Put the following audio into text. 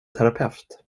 terapeut